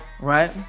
right